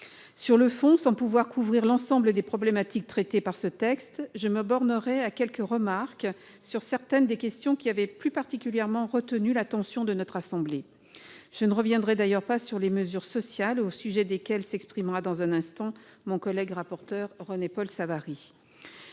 Sur le fond, sans pouvoir couvrir l'ensemble des problématiques traitées par ce texte, je me bornerai à quelques remarques sur certaines des questions qui avaient plus particulièrement retenu l'attention de notre assemblée. Je ne reviendrai pas sur les mesures sociales au sujet desquelles s'exprimera dans un instant mon collègue rapporteur pour avis René-Paul Savary.